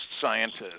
scientists